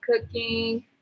cooking